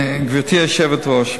אתה אומר,